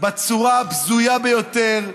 בצורה הבזויה ביותר,